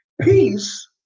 Peace